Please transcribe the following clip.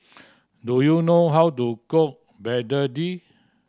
do you know how to cook begedil